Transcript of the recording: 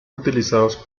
utilizados